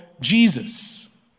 Jesus